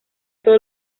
todos